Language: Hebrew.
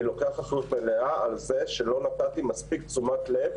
אני לוקח אחריות מלאה על זה שלא נתתי מספיק תשומת לב